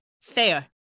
fair